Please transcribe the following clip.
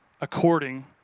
according